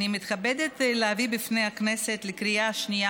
אני מתכבדת להביא בפני הכנסת לקריאה שנייה